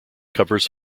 covers